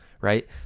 right